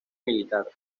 militar